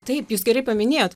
taip jūs gerai paminėjot